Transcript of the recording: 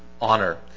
honor